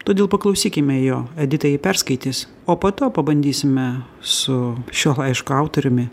todėl paklausykime jo edita jį perskaitys o po to pabandysime su šio laiško autoriumi